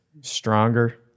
stronger